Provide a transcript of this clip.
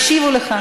השיבו לך.